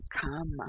come